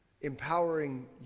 empowering